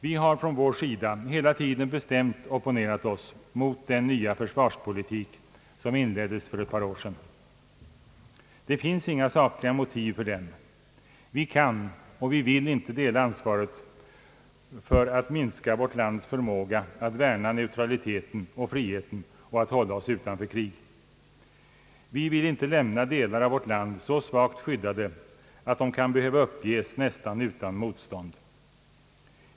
Vi har från vår sida hela tiden bestämt opponerat oss mot den nya försvarspolitik som inleddes för ett par år sedan. Det finns inga sakliga motiv för den. Vi kan och vill inte dela ansvaret för att minska vårt lands förmåga att värna neutraliteten och friheten och att hålla oss utanför krig. Vi vill inte lämna delar av vårt land så svagt skyddade att de kan behöva uppges nästan utan motstånd.